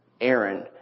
Aaron